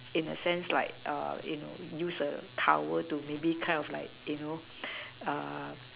in a sense like err you know use a towel to maybe kind of like you know err